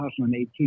2018